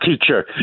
teacher